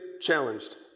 challenged